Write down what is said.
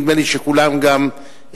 נדמה לי שכולם גם היו,